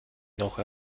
noch